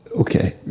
okay